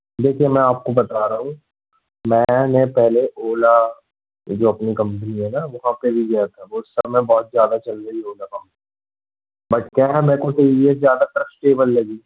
देखिए मैं आप को बता रहा हूँ मैंने पहले ओला जो अपनी कंपनी है ना वहाँ पे भी गया था उस समय बहुत ज़्यादा चल रही ओला कंपनी बट क्या है ना मेरे को टी वी एस ज़्यादा ट्रस्टेबल लगी